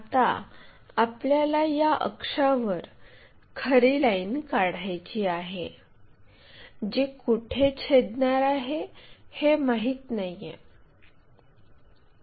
आता आपल्याला या अक्षावर खरी लाईन काढायची आहे जी कुठे छेदणार आहे हे माहिती नाहीये